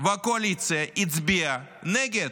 והקואליציה הצביעה נגד.